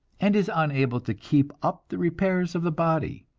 and is unable to keep up the repairs of the body.